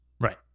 Right